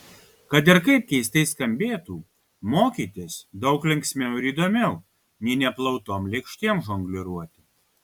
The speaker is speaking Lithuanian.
kad ir kaip keistai skambėtų mokytis daug linksmiau ir įdomiau nei neplautom lėkštėm žongliruoti